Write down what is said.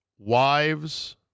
Wives